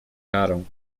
karą